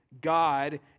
God